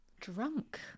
drunk